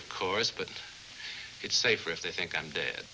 of course but it's safer if they think i'm dead